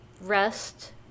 rest